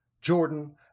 Jordan